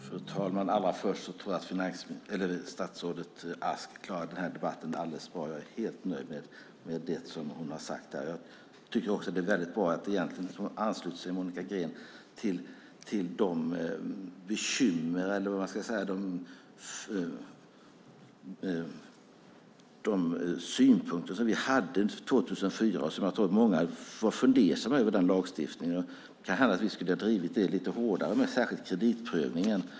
Fru talman! Allra först vill jag säga att jag tror att statsrådet Ask klarar den här debatten mycket bra. Jag är helt nöjd med det som hon har sagt här. Jag tycker också att det är väldigt bra att Monica Green egentligen ansluter sig till de synpunkter som vi hade 2004. Jag tror att många var fundersamma över den här lagstiftningen. Det kan hända att vi skulle ha drivit detta lite hårdare, särskilt kreditprövningen.